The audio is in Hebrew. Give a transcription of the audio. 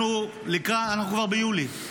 אנחנו כבר ביולי.